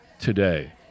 today